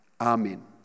Amen